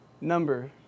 number